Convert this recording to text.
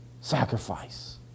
sacrifice